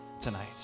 tonight